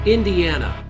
Indiana